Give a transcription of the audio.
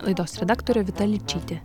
laidos redaktorė vita ličytė